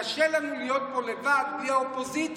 קשה לנו להיות פה לבד בלי האופוזיציה.